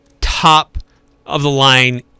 top-of-the-line